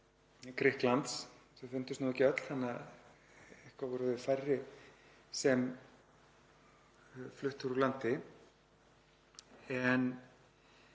Grikklands. Þau fundust nú ekki öll þannig að eitthvað voru þau færri sem flutt voru úr landi. En